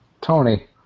Tony